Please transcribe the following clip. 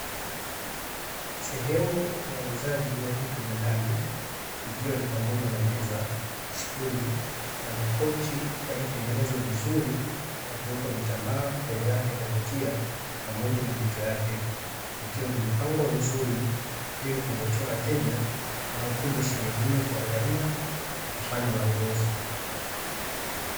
Sehemu ya uuzaji wa vitu vya ndani; ikiwa ni pamoja na meza, stuli, na makochi yaliyotengenezwa vizuri, na kuwekwa vitambaa vyenye rangi ya kuvutia pamoja na mito yake. Vikiwa vimepangwa vizuri ili kuvutia wateja wanaokuja sehemu hiyo kuangalia na kufanya manunuzi.